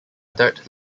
dirt